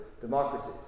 democracies